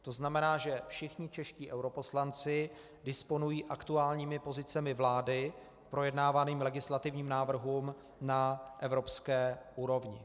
To znamená, že všichni čeští europoslanci disponují aktuálními pozicemi vlády k projednávaným legislativním návrhům na evropské úrovni.